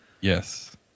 Yes